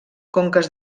conques